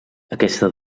aquesta